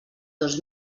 dos